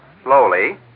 Slowly